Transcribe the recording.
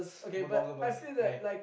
monogamous okay